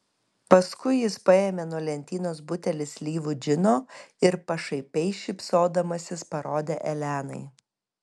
paskui jis paėmė nuo lentynos butelį slyvų džino ir pašaipiai šypsodamasis parodė elenai